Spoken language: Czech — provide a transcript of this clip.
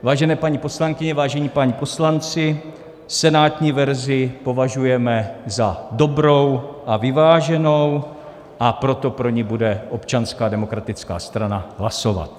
Vážené paní poslankyně, vážení páni poslanci, senátní verzi považujeme za dobrou a vyváženou, a proto pro ni bude Občanská demokratická strana hlasovat.